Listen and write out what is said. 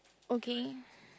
okay